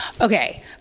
okay